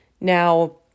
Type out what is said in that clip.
Now